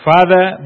Father